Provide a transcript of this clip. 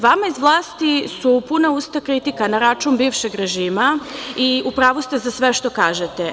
Vama iz vlasti su puna usta kritika na račun bivšeg režima i u pravu ste za sve što kažete.